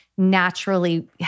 naturally